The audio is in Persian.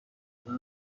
انجام